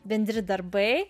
bendri darbai